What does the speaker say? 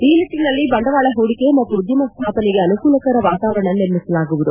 ಈ ನಿಟ್ಟಿನಲ್ಲಿ ಬಂಡವಾಳ ಪೂಡಿಕೆ ಹಾಗೂ ಉದ್ಯಮ ಸ್ಥಾಪನೆಗೆ ಅನುಕೂಲಕರ ವಾತಾವರಣ ನಿರ್ಮಿಸಲಾಗುವುದು